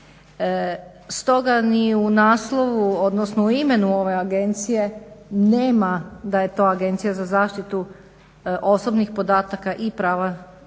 Stoga ni u naslovu odnosno imenu ove agencije nema da je to Agencija za zaštitu osobnih podataka i zaštitu